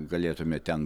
galėtumėt ten